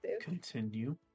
continue